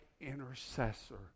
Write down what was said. intercessor